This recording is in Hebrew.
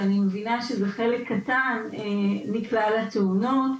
ואני מבינה שזה חלק קטן מכלל התאונות,